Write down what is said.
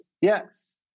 Yes